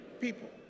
people